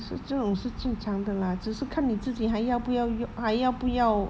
是这种是正常的啦只是看你自己还要不要还要不要